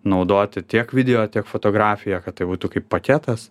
naudoti tiek video tiek fotografiją kad tai būtų kaip paketas